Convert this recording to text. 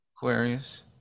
Aquarius